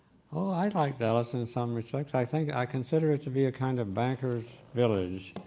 ah i like dallas in some respects. i think i consider it to be a kind of bankers village.